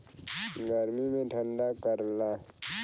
गर्मी मे ठंडा करला